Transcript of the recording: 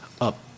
up